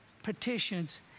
petitions